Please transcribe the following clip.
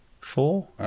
Four